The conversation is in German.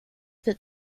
wird